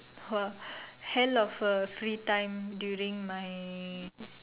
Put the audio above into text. !wah! hell of a free time during my